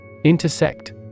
Intersect